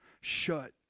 shut